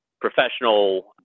professional